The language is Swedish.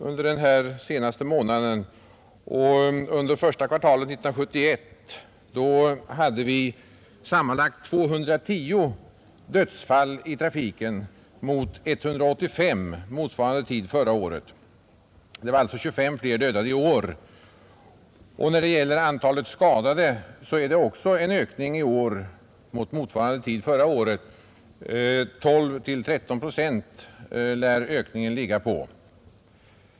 Under första kvartalet 1971 hade vi sammanlagt 210 dödsfall i trafiken mot 185 motsvarande tid förra året. Det var alltså 25 fler dödade i år. Antalet skadade har också ökat i år jämfört med motsvarande tid förra året. Ökningen lär ligga på 12—13 procent.